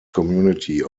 community